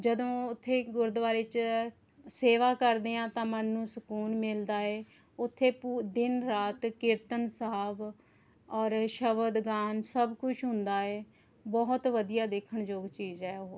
ਜਦੋਂ ਉੱਥੇ ਗੁਰਦੁਆਰੇ 'ਚ ਸੇਵਾ ਕਰਦੇ ਹਾਂ ਤਾਂ ਮਨ ਨੂੰ ਸਕੂਨ ਮਿਲਦਾ ਏ ਉੱਥੇ ਪੂ ਦਿਨ ਰਾਤ ਕੀਰਤਨ ਸਾਹਿਬ ਔਰ ਸ਼ਬਦ ਗਾਣ ਸਭ ਕੁਛ ਹੁੰਦਾ ਏ ਬਹੁਤ ਵਧੀਆ ਦੇਖਣ ਯੋਗ ਚੀਜ਼ ਹੈ ਉਹ